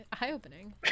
eye-opening